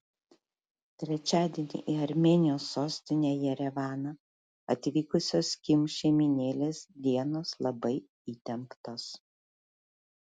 trečiadienį į armėnijos sostinę jerevaną atvykusios kim šeimynėlės dienos labai įtemptos